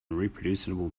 reproducible